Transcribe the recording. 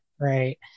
right